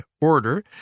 order